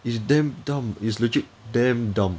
is damn dumb is legit damn dumb